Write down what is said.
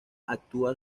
actúa